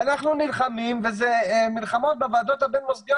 אנחנו נלחמים ואלה מלחמות בוועדות הבין-מוסדיות.